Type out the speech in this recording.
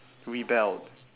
rebelled